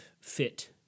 fit